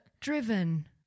driven